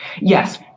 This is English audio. Yes